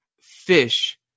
fish